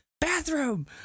bathroom